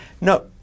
no